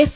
S